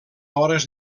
hores